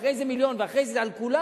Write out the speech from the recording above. אחרי זה מיליון ואחרי זה על כולם,